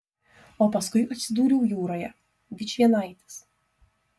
o paskui atsidūriau jūroje vičvienaitis